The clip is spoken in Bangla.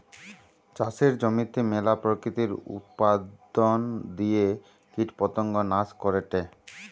চাষের জমিতে মেলা প্রাকৃতিক উপাদন দিয়ে কীটপতঙ্গ নাশ করেটে